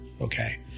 Okay